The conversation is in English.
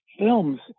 films